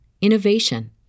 innovation